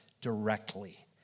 directly